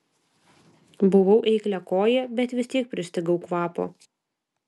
buvau eikliakojė bet vis tiek pristigau kvapo